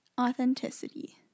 authenticity